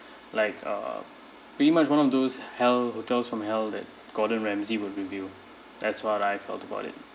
like uh pretty much one of those hell hotels from hell that gordon ramsay would review that's what I thought about it